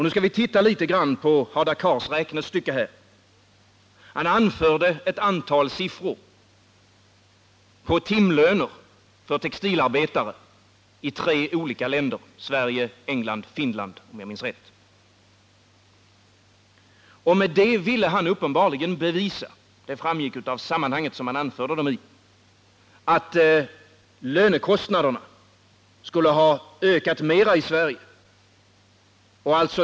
Nu skall vi titta litet grand på Hadar Cars räknestycke. Han anförde ett antal siffror på timlöner för textilarbetare i tre olika länder — Sverige, England och Finland, om jag minns rätt. Med det ville han uppenbarligen bevisa — det framgick av det sammanhang som dessa siffror anfördes i — att lönekostnaderna skulle ha ökat mera i Sverige.